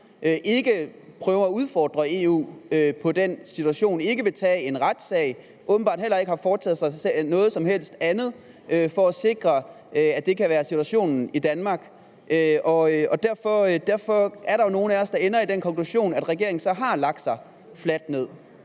ikke prøver på at udfordre EU, ikke vil tage en retssag og åbenbart heller ikke har foretaget sig noget som helst andet for at sikre, at det kan forblive situationen i Danmark. Derfor er der jo nogle af os, der ender med den konklusion, at regeringen så har lagt sig fladt ned,